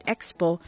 Expo